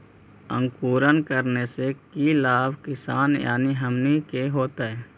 अंकुरण करने से की लाभ किसान यानी हमनि के होतय?